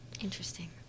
Interesting